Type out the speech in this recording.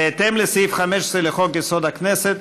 בהתאם לסעיף 15 לחוק-יסוד: הכנסת,